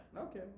Okay